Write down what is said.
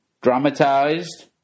Dramatized